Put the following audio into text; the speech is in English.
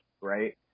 right